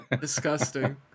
Disgusting